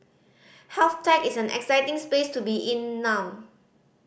health tech is an exciting space to be in now